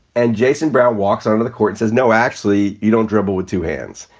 and jason brown walks out of the court, says, no, actually, you don't dribble with two hands,